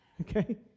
okay